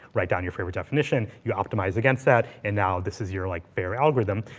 write down your favorite definition, you optimize against that, and now this is your like fair algorithm.